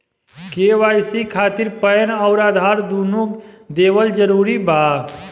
KYC खातिर PAN आउर आधार दुनों देवल जरूरी बा?